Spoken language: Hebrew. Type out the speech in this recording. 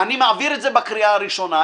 אני מעביר את זה בקריאה הראשונה,